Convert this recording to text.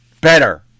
better